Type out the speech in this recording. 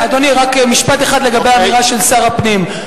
אדוני, רק משפט אחד לגבי האמירה של שר הפנים.